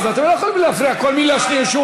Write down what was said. לא, אז אתם לא יכולים להפריע בכל מילה שנייה שהוא